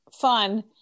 fun